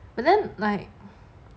but then like